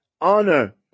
honor